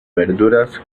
verduras